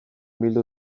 bildu